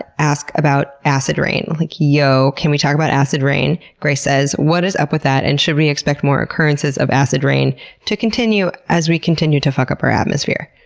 and ask about acid rain. like yo, can we talk about acid rain? grace says what is up with that and should we expect more occurrences of acid rain to continue as we continue to fuck up our atmosphere?